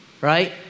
right